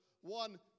one